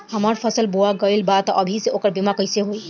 हमार फसल बोवा गएल बा तब अभी से ओकर बीमा कइसे होई?